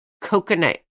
coconut